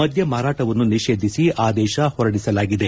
ಮದ್ಯ ಮಾರಾಟವನ್ನು ನಿಷೇಧಿಸಿ ಆದೇಶ ಹೊರಡಿಸಲಾಗಿದೆ